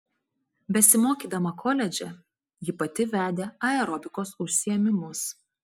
besimokydama koledže ji pati vedė aerobikos užsiėmimus